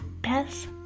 best